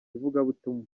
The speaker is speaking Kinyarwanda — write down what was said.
ivugabutumwa